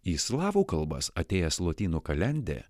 į slavų kalbas atėjęs lotynų kalendė